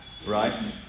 Right